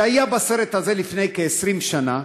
שהיה בסרט הזה לפני כ-20 שנה